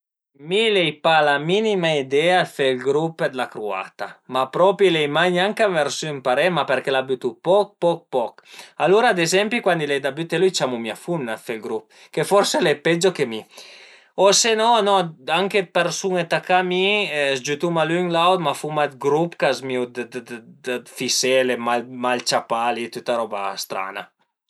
Mi l'ai pa la minima idea dë fe ël grup d'la cruata, ma l'ai mai gnanca vërsü ëmparè, ma përché la bütu poch poch poch, alura ad ezempi cuandi l'ai da bütelu i ciamu mia fumna a fe ël grup che forse al e peggio che mi o se no anche përsun-e tacà mi s-giütuma l'ün l'aut ma fuma dë grup ch'a zmìu dë fisele, mal ciapà li tüta roba stran-a